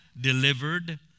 delivered